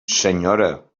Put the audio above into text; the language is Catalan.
senyora